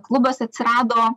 klubas atsirado